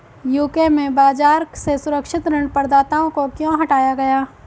UK में बाजार से सुरक्षित ऋण प्रदाताओं को क्यों हटाया गया?